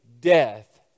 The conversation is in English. death